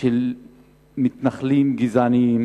של מתנחלים גזענים,